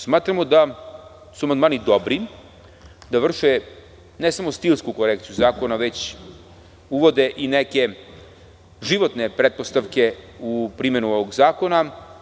Smatramo da su amandmani dobri, da vrše ne samo stilsku korekciju zakona već uvode i neke životne pretpostavke u primenu ovog zakona.